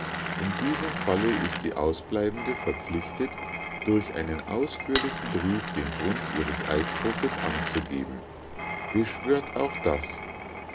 in diesem falle ist die ausbleibende verpflichtet durch einen ausführlichen brief den grund ihres eidbruches anzugeben beschwört auch das